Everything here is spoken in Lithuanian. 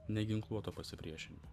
neginkluoto pasipriešinimo